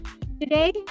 Today